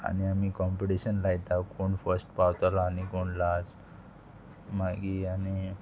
आनी आमी कॉम्पिटिशन लायता कोण फस्ट पावतलो आनी कोण लास्ट मागी आनी